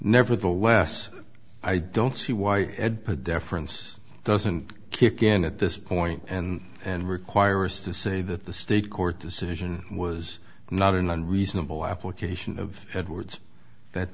nevertheless i don't see why ed deference doesn't kick in at this point and and requires to say that the state court decision was not an unreasonable application of edwards that